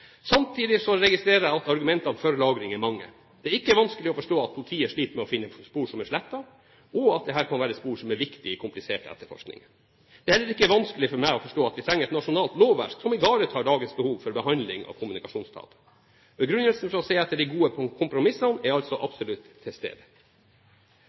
Samtidig registrerer jeg at argumentene for lagring er mange. Det er ikke vanskelig å forstå at politiet sliter med å finne spor som er slettet og at dette kan være viktig informasjon i komplisert etterforskning. Det er heller ikke vanskelig for meg å forstå at vi trenger et nasjonalt lovverk som ivaretar dagens behov for behandling av kommunikasjonsdata. Begrunnelsen for å se etter de gode kompromissene er altså